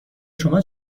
شما